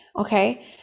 okay